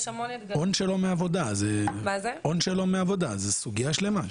הון שלא מעבודה, זו סוגיה שלמה.